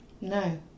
No